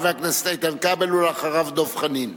חבר הכנסת איתן כבל, ואחריו, דב חנין.